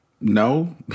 no